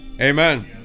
Amen